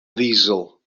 ddiesel